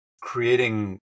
creating